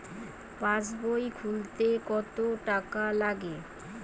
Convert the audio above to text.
পাশবই খুলতে কতো টাকা লাগে?